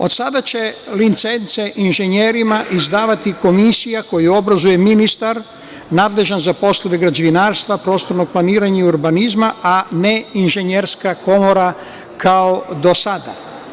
Od sada će licence inženjerima izdavati komisija koju obrazuje ministar nadležan za poslove građevinarstva, prostorno planiranje i urbanizma, a ne Inženjerska komora kao do sada.